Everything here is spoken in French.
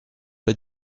pas